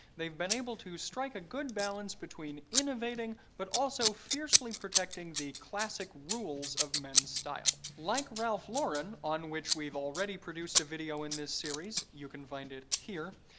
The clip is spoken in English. they've been able to strike a good balance between innovating but also fiercely protecting the classic rules of men's style. like ralph lauren on which we've already produced a video in this series, you can find it here.